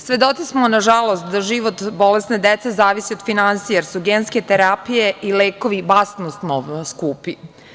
Svedoci smo, nažalost, da život bolesne dece zavisi od finansija, jer su genske terapije i lekovi basnoslovno skupi.